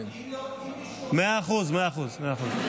אם מישהו אחר רצה, מאה אחוז, מאה אחוז.